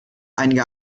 einige